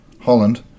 Holland